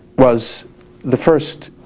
was the first